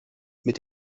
mit